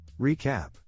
Recap